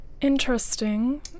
Interesting